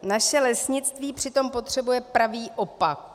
Naše lesnictví přitom potřebuje pravý opak.